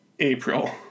April